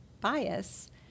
bias